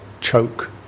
choke